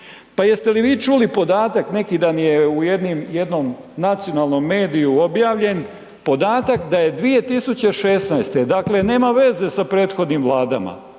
Pa jeste li vi čuli podatak, neki dan je u jednom nacionalnom mediju objavljen podatak da je 2016. dakle, nema veze sa prethodnim Vladama,